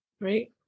right